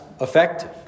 effective